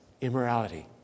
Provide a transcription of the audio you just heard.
immorality